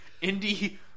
Indy